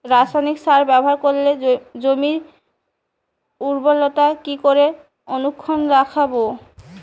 রাসায়নিক সার ব্যবহার করে জমির উর্বরতা কি করে অক্ষুণ্ন রাখবো